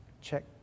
Check